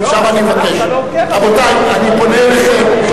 עכשיו אני מבקש, רבותי, אני פונה אליכם.